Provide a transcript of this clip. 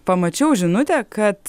pamačiau žinutę kad